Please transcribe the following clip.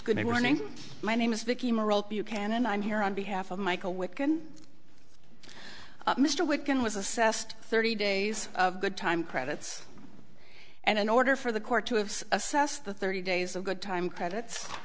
good morning my name is vicki buchanan i'm here on behalf of michael wiccan mr wiccan was assessed thirty days of good time credits and in order for the court to have assessed the thirty days of good time credits